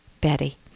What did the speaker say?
Betty